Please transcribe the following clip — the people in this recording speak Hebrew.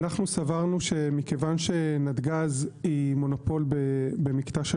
אנחנו סברנו שמכיוון שנתג"ז היא מונופול במקטע של